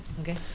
Okay